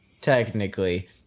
Technically